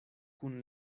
kun